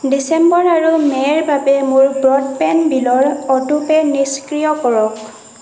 ডিচেম্বৰ আৰু মে'ৰ বাবে মোৰ ব্ৰডবেণ্ড বিলৰ অ'টোপে নিষ্ক্ৰিয় কৰক